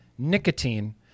nicotine